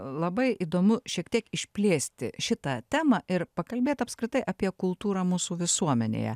labai įdomu šiek tiek išplėsti šitą temą ir pakalbėt apskritai apie kultūrą mūsų visuomenėje